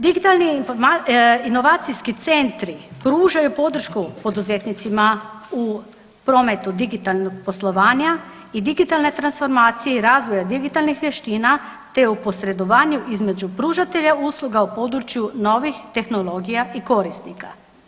Digitalni inovacijski centri pružaju podršku poduzetnicima u prometu digitalnog poslovanja i digitalne transformacije i razvoja digitalnih vještina, te u posredovanju između pružatelja usluga u području novih tehnologija i korisnika.